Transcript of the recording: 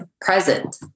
present